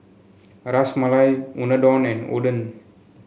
Ras Malai Unadon and Oden